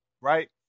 right